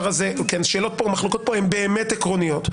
הזה המחלוקות פה הן באמת עקרוניות,